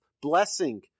blessing